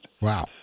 Wow